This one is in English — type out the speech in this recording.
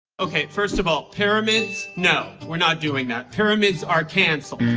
okay, first of all, pyramids, no, we're not doing that. pyramids are canceled.